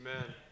Amen